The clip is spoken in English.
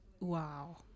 wow